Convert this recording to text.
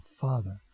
Father